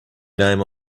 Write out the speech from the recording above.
name